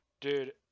Dude